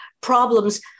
problems